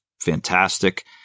fantastic